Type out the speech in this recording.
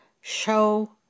show